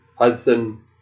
Hudson